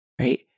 right